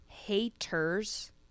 Haters